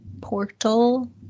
portal